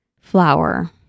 flower